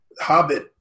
Hobbit